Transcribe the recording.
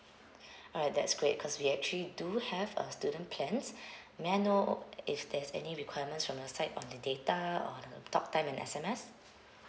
alright that's great cause we actually do have a student plans may I know if there's any requirements from your side of the data or the talk time and S_M_S